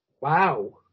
Wow